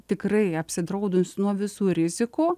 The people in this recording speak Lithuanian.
tikrai apsidraudus nuo visų rizikų